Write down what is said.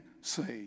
saved